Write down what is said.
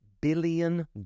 billion